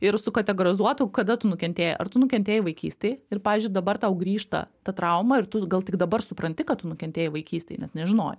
ir su kategorizuotų kada tu nukentėjai ar tu nukentėjai vaikystėj ir pavyzdžiui dabar tau grįžta ta trauma ir tu gal tik dabar supranti kad tu nukentėjai vaikystėj nes nežinojai